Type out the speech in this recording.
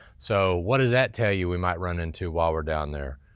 so what does that tell you we might run into while we're down there?